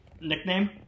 nickname